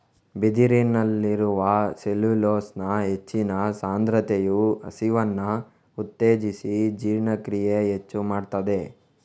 ಬಿದಿರಿನಲ್ಲಿರುವ ಸೆಲ್ಯುಲೋಸ್ನ ಹೆಚ್ಚಿನ ಸಾಂದ್ರತೆಯು ಹಸಿವನ್ನ ಉತ್ತೇಜಿಸಿ ಜೀರ್ಣಕ್ರಿಯೆ ಹೆಚ್ಚು ಮಾಡ್ತದೆ